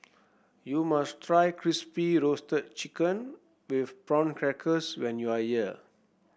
you must try Crispy Roasted Chicken with Prawn Crackers when you are here